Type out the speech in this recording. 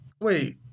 wait